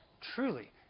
truly